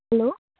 hello